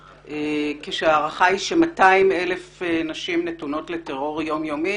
כשההערכה היא ש-200,000 נשים נתונות לטרור יום-יומי